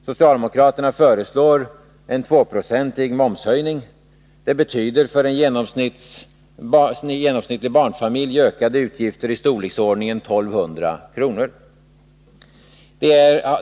Socialdemokraterna föreslår en tvåprocentig momshöjning. Det betyder för en genomsnittlig barnfamilj ökade utgifter i storleksordningen 1 200 kr.